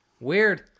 Weird